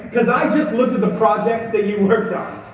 cause i just looked at the projects that you worked on,